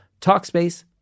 Talkspace